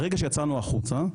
ברגע שיצאנו החוצה,